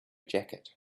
jacket